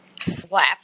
slap